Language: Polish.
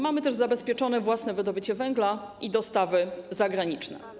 Mamy też zabezpieczone własne wydobycie węgla i dostawy zagraniczne.